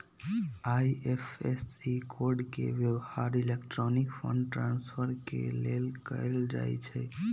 IFSC code के व्यव्हार electronic fund transfer के लेल कएल जाइ छइ